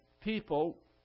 people